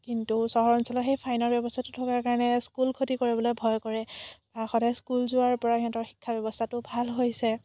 কিন্তু চহৰ অঞ্চলৰ সেই ফাইনৰ ব্যৱস্থাটো থকাৰ কাৰণে স্কুল খতি কৰিবলৈ ভয় কৰে সদায় স্কুল যোৱাৰ পৰা সিহঁতৰ শিক্ষা ব্যৱস্থাটো ভাল হৈছে